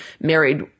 married